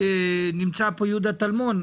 לי נמצא פה יהודה טלמון?